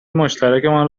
مشترکمان